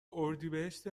اردیبهشت